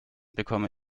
bekomme